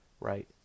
Right